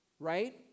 right